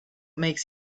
makes